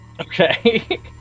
Okay